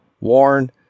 warn